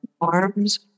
arms